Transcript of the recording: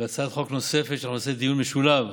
והצעת חוק נוספת אנחנו נעשה דיון משולב: